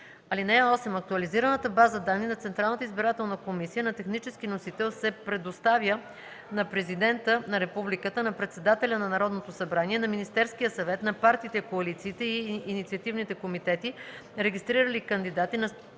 данни. (8) Актуализираната база данни на Централната избирателна комисия на технически носител се предоставя на президента на републиката, на председателя на Народното събрание, на Министерския съвет, на партиите, коалициите и инициативните комитети, регистрирали кандидати, на